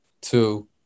two